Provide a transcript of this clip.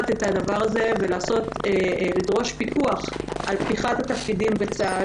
לדרוש פיקוח על פתיחת התפקידים בצה"ל,